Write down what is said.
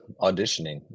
auditioning